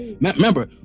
Remember